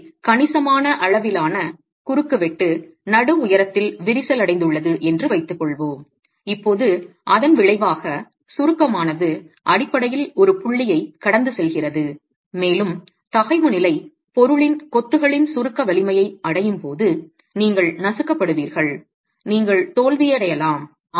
எனவே கணிசமான அளவிலான குறுக்குவெட்டு நடு உயரத்தில் விரிசல் அடைந்துள்ளது என்று வைத்துக்கொள்வோம் இப்போது அதன் விளைவாக சுருக்கமானது அடிப்படையில் ஒரு புள்ளியைக் கடந்து செல்கிறது மேலும் தகைவு நிலை பொருளின் கொத்துகளின் சுருக்க வலிமையை அடையும் போது நீங்கள் நசுக்கப்படுவீர்கள் நீங்கள் தோல்வியடையலாம்